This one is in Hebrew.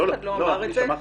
אף אחד לא אמר את זה.